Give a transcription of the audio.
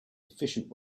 efficient